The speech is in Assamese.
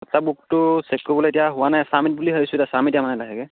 হোৱাটছআপ গ্ৰুপটো চেক কৰিবলৈ এতিয়া হোৱা নাই চাম বুলি ভাবিছোঁ চাম এতিয়া মানে লাহেকৈ